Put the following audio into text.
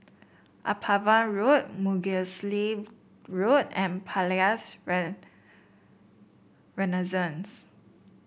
Upavon Road Mugliston Road and Palais Renaissance